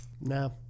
No